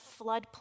floodplain